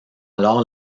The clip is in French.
alors